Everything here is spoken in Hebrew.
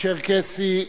צ'רקסי,